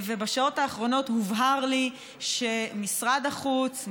ובשעות האחרונות הובהר לי שמשרד החוץ,